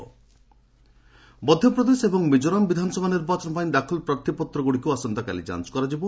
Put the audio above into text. scrutiny nomination Madhya Pradesh ଏବଂ ମିକୋରାମ୍ ବିଧାନସଭା ନିର୍ବାଚନପାଇଁ ଦାଖଲ ପ୍ରାର୍ଥୀପତ୍ରଗୁଡ଼ିକୁ ଆସନ୍ତାକାଲି ଯାଞ୍ଚ କରାଯିବ